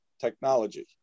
technology